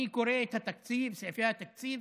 אני קורא את סעיפי התקציב,